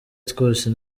twose